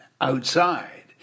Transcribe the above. outside